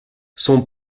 son